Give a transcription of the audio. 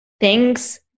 thanks